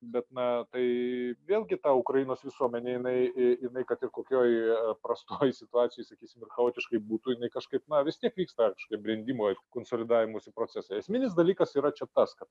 bet na tai vėlgi ta ukrainos visuomenė jinai jinai kad ir kokioj prastoj situacijoj sakysim ir chaotiškoj būtų jinai kažkaip na vis tiek vyksta kažkokie brendimo konsolidavimosi procesai esminis dalykas yra čia tas kad